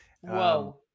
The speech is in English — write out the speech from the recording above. Whoa